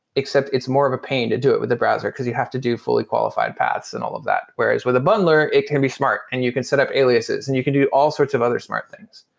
except it's more of a pain to do it with the browser, because you have to do fully qualified paths and all of that. whereas with a bundler, it can be smart and you can set up aliases and you can do all sorts of other smart things.